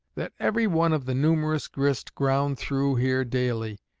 that every one of the numerous grist ground through here daily,